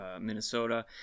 Minnesota